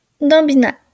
Dambina